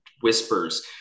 whispers